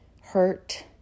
hurt